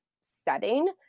setting